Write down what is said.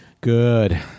Good